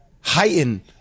heighten –